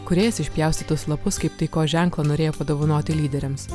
kūrėjas išpjaustytus lapus kaip taikos ženklą norėjo padovanoti lyderiams